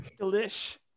delish